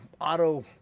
Auto